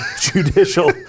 judicial